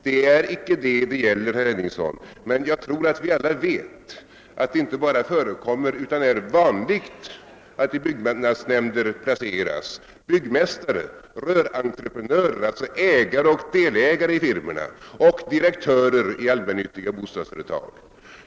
Det är inte dem det gäller, herr Henningsson. Jag tror att vi alla vet att det inte bara förekommer utan är vanligt att i byggnadsnämnder placeras byggmästare, rörentreprenörer — alltså ägare och delägare i firmorna — och direktörer i allmännyttiga bostadsföretag.